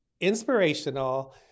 inspirational